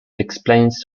explains